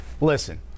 Listen